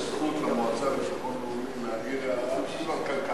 יש זכות למועצה לביטחון לאומי להעיר הערה אפילו על כלכלה,